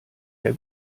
der